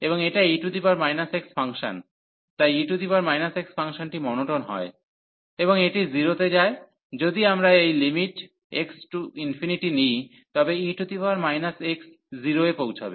এবং এটা e x function তাই e x ফাংশনটি মোনোটোন হয় এবং এটি 0 তে যায় যদি আমরা এই x→∞ নিই তবে e x 0 এ পৌঁছবে